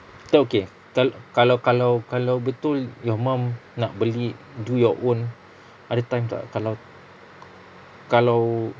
okay okay kal~ kalau kalau kalau betul your mum nak beli do your own ada time tak kalau kalau